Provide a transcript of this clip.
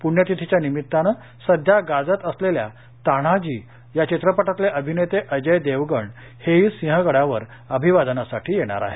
पुण्यतिथीच्या निमित्ताने सध्या गाजत असलेल्या तान्हाजी चित्रपटातले अभिनेते अजय देवगण हेही सिंहगडावर अभिवादनासाठी येणार आहेत